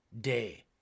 day